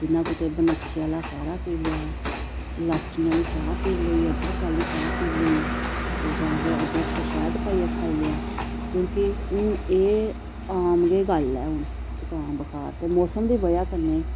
जि'यां कुतै बनक्शे आह्ला काढ़ा पी लेआ लाचिएं आह्ली चाह् पी लेई अदरक आह्ली चाह् पी लेई ते जां फिर अदरक च शैद पाइयै खाई लेआ क्योंकि हून एह् आम के गल्ल ऐ हुन जकाम बखार ते मौसम दी वजह कन्नै